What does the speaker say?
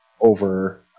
over